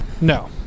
No